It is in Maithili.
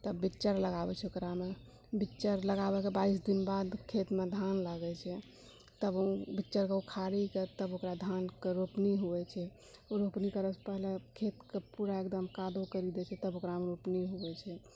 तऽ बिज्जा लगाबए छै ओकरामे बिज्जा लगाबएके बाइस दिन बाद खेतमे धान लगाबय छै तब बिज्जाके उपारिके तब धानके रोपनी होइत छै ओ रोपनी करैले खेतके पूरा एकदम कादो करि देइत छै तब ओकरामे रोपनी होइत छै